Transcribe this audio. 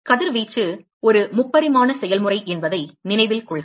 எனவே கதிர்வீச்சு ஒரு 3 பரிமாண செயல்முறை என்பதை நினைவில் கொள்க